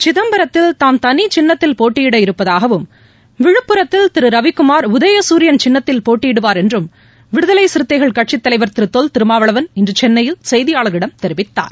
சிதம்பரத்தில் தாம் தனிச்சின்னத்தில் போட்டியிட இருப்பதாகவும் விழுப்புரத்தில் திருரவிக்குமார் உதயகுரியன் சின்னத்தில் போட்டியிடுவார் என்றும் விடுதலைசிறத்தைகள் கட்சித் தலைவர் திரு தொல் திருமாவளவள் இன்றுசென்னையில் செய்தியாளர்களிடம் தெரிவித்தார்